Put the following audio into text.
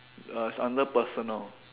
uh it's under personal